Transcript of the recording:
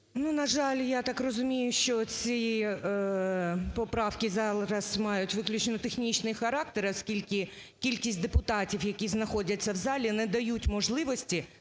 На жаль, я так розумію, що ці поправки зараз мають виключно технічний характер, оскільки кількість депутатів, які знаходяться в залі, не дають можливості